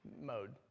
mode